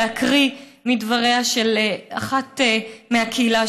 אני רוצה להקריא מדבריה של אחת מהקהילה,